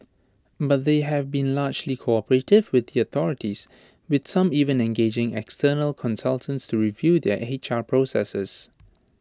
but they have been largely cooperative with the authorities with some even engaging external consultants to review their H R processes